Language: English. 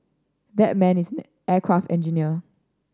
that man is aircraft engineer